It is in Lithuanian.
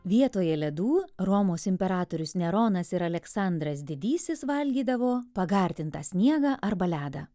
vietoje ledų romos imperatorius neronas ir aleksandras didysis valgydavo pagardintą sniegą arba ledą